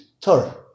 Torah